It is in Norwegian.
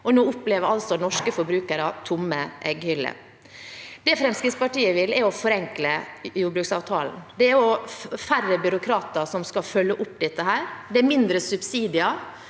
Nå opplever altså norske forbrukere tomme egghyller. Det Fremskrittspartiet vil, er å forenkle jordbruksavtalen. Det er å ha færre byråkrater som skal følge opp dette. Det er å ha mindre subsidier.